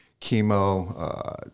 chemo